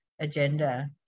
agenda